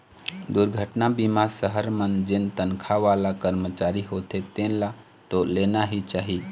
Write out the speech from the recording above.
दुरघटना बीमा सहर मन जेन तनखा वाला करमचारी होथे तेन ल तो लेना ही चाही